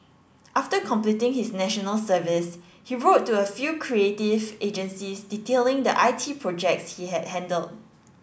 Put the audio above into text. after completing his National Service he wrote to a few creative agencies detailing the I T projects he had handled